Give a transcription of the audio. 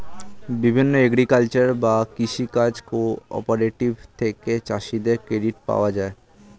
বিভিন্ন এগ্রিকালচারাল বা কৃষি কাজ কোঅপারেটিভ থেকে চাষীদের ক্রেডিট পাওয়া যায়